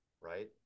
right